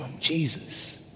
Jesus